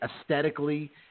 aesthetically